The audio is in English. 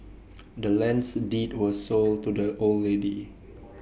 the land's deed was sold to the old lady